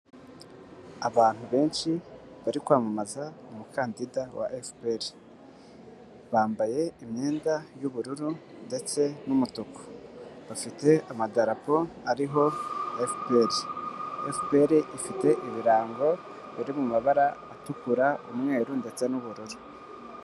Abantu benshi bari kwamamaza umukandida wa FPR; bambaye imyenda y'ubururu ndetse n'umutuku, bafite amadarapo ariho FPR. FPR ifite ibirango biri mumabara atukura, umweru ndetse n'ubururu.